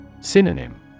Synonym